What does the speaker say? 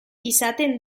izaten